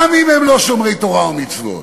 גם אם הם לא שומרי תורה או מצוות.